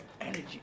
Energy